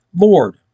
Lord